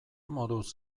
moduz